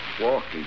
Walking